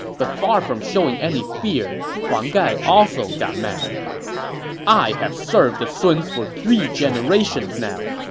but far from showing any fear, huang gai also got mad i have served the suns for three generations now.